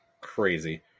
Crazy